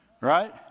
Right